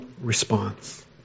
response